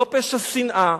לא פשע שנאה,